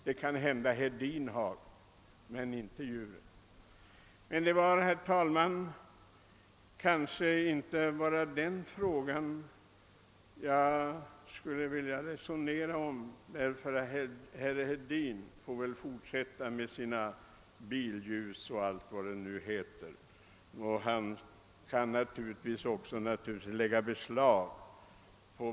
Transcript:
Det har möjligen herr Hedin, men djuren har det inte. Herr talman! Det var emellertid inte bara den saken jag ville resonera om — herr Hedin får väl fortsätta med sina billjus och all vad det var. Han kan naturligtvis också ta saker och ting i beslag.